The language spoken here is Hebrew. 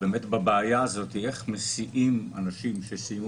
באמת בבעיה הזאת איך מסיעים אנשים שסיימו